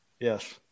Yes